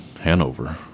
Hanover